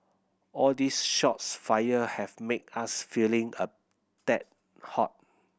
all these shots fired have made us feeling a tad hot